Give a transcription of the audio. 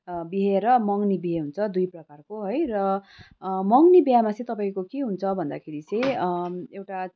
बिहे र मँग्नी बिहे हुन्छ दुई प्रकारको है र मँग्नी बिहामा चाहिँ तपाईँको के हुन्छ भन्दाखेरि चाहिँ एउटा